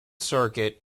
circuit